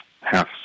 half